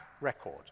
record